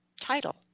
title